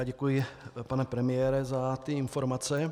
Děkuji, pane premiére, za ty informace.